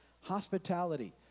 hospitality